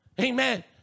Amen